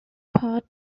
part